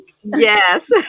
Yes